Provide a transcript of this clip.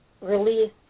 release